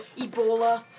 Ebola